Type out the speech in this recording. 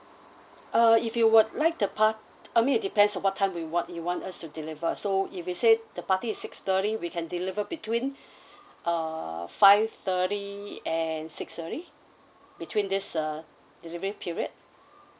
uh if you would like the par~ I mean it depends on what time we want you want us to deliver so if you say the party is six thirty we can deliver between err five thirty and six thirty between this uh delivery period